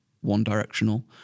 one-directional